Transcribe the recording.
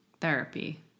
therapy